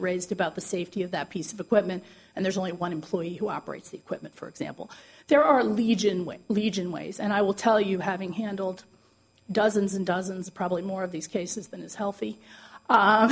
raised about the safety of that piece of equipment and there's only one employee who operates the equipment for example there are legion with legion ways and i will tell you having handled dozens and dozens probably more of these cases than is healthy